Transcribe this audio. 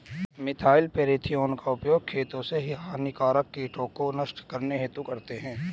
methyl parathion का उपयोग खेतों से हानिकारक कीटों को नष्ट करने हेतु करते है